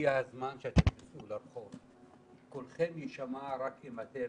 הגיע הזמן שאתם תצאו לרחוב, קולכם יישמע רק אם אתם